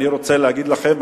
אני רוצה להגיד לכם,